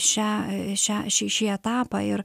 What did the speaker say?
šią šią šį šį etapą ir